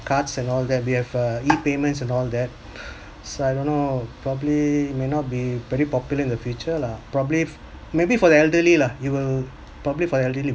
cards and all that we have uh E payments and all that so I don't know probably may not be very popular in the future lah probably f~ maybe for the elderly lah it will probably for the elderly